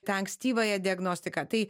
tą ankstyvąją diagnostiką tai